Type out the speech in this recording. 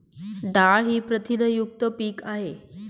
डाळ ही प्रथिनयुक्त पीक आहे